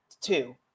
two